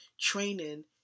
training